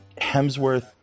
hemsworth